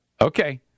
Okay